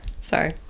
sorry